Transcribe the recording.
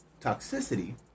toxicity